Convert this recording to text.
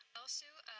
also,